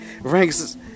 ranks